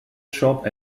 shop